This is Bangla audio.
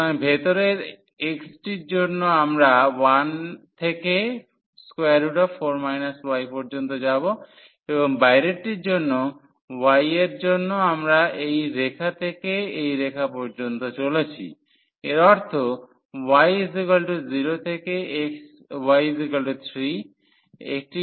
সুতরাং ভেতরের x টির জন্য আমরা 1 থেকে 4 y পর্যন্ত যাব এবং বাইরেরটির জন্য y এর জন্য আমরা এই রেখা থেকে এই রেখা পর্যন্ত চলেছি এর অর্থ y 0 থেকে y 3